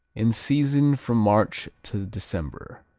in season from march to december.